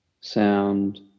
sound